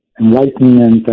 enlightenment